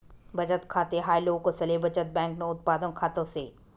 बचत खाते हाय लोकसले बचत बँकन उत्पादन खात से